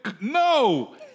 no